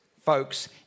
folks